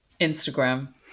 instagram